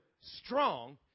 strong